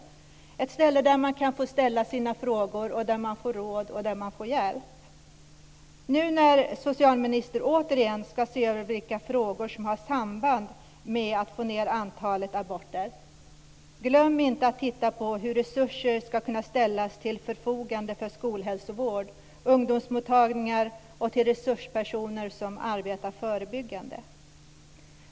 Det är bra med ett ställe där man kan få ställa sina frågor och där man får råd och hjälp. Nu när socialministern återigen ska se över vilka frågor som har samband med strävan att få ned antalet aborter, glöm då inte att titta på hur resurser ska kunna ställas till förfogande för skolhälsovård, ungdomsmottagningar och resurspersoner som arbetar förebyggande.